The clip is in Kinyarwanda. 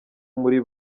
muri